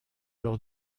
leur